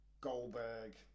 Goldberg